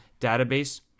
Database